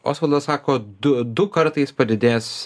osvaldas sako du du kartais padidės